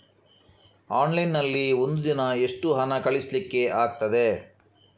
Online ನಲ್ಲಿ ಒಂದು ದಿನ ಎಷ್ಟು ಹಣ ಕಳಿಸ್ಲಿಕ್ಕೆ ಆಗ್ತದೆ?